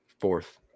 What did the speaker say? Fourth